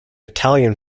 italian